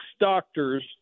doctors